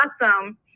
awesome